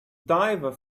diver